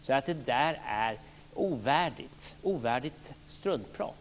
Så det där är ovärdigt struntprat.